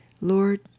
Lord